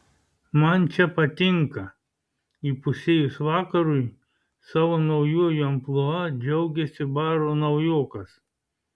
man čia patinka įpusėjus vakarui savo naujuoju amplua džiaugėsi baro naujokas